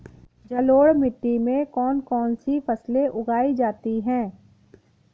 जलोढ़ मिट्टी में कौन कौन सी फसलें उगाई जाती हैं?